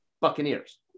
Buccaneers